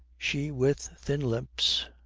she with, thin lips,